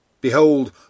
Behold